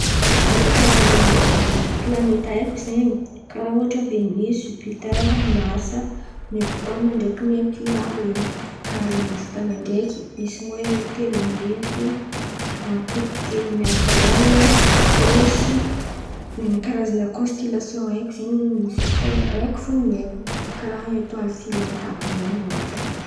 Rô Karazan̈a planeta haiko zen̈y karà ohatra Venisy, Zipitera, Marsa, Neptônina ndraiky Merkira àby iren̈y. Karazan̈a kintana ndaiky misy moa telo mirefy, akoho telo miady laon̈o, oso. Karazan̈a konstilatio haiko zen̈y zista raiky fo ny haiko karà etoaly filanty àby ren̈y ôhatra.